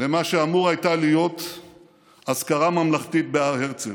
למה שאמורה הייתה להיות אזכרה ממלכתית בהר הרצל.